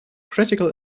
critical